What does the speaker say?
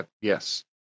Yes